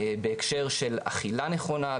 בהקשר של אכילה נכונה,